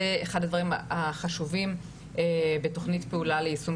זה אחד הדברים החשובים בתוכנית פעולה ליישום